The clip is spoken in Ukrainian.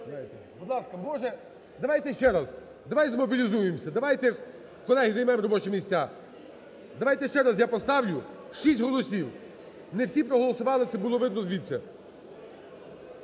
будь ласка, може… Давайте ще раз, давайте змобілізуємося, давайте, колеги, займемо робочі місця. Давайте ще раз я поставлю. 6 голосів. Не всі проголосували, це було видно звідси.